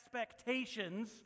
expectations